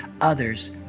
others